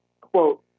quote